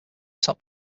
top